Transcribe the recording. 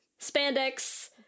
spandex